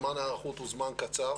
זמן ההיערכות הוא זמן קצר.